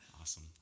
Awesome